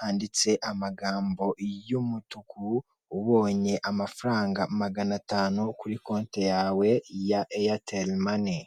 handitse amagambo y'umutuku ubonye amafaranga magana atanu kuri konte yawe ya eyateri mane.